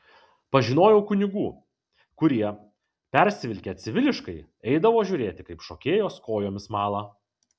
pažinojau kunigų kurie persivilkę civiliškai eidavo žiūrėti kaip šokėjos kojomis mala